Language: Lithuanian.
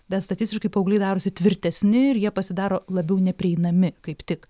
bet statistiškai paaugliai darosi tvirtesni ir jie pasidaro labiau neprieinami kaip tik